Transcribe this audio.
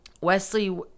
Wesley